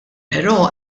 però